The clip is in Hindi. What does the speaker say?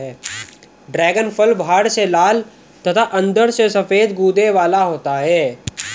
ड्रैगन फल बाहर से लाल तथा अंदर से सफेद गूदे वाला होता है